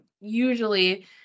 usually